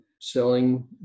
selling